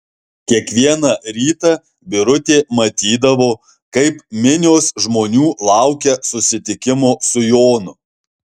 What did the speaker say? kiekvieną rytą birutė matydavo kaip minios žmonių laukia susitikimo su jonu